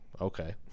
okay